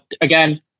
again